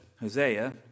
Hosea